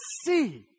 see